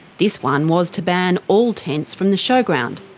this one was to ban all tents from the showground.